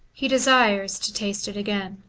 he desires to taste it again.